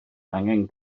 angen